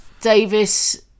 Davis